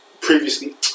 previously